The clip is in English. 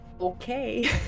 Okay